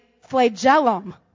flagellum